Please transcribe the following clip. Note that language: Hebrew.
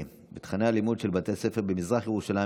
בתכני הלימוד של בתי הספר במזרח ירושלים,